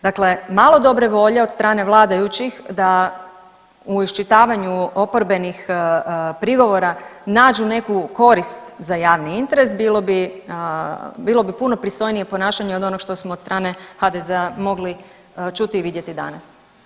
Dakle malo dobre volje od strane vladajućih da u iščitavanju oporbenih prigovora, nađu neku korist za javni interes bilo bi puno pristojnije ponašanje od onog što smo od strane HDZ-a mogli čuti i vidjeti danas.